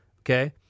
Okay